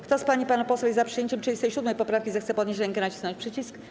Kto z pań i panów posłów jest za przyjęciem 37. poprawki, zechce podnieść rękę i nacisnąć przycisk.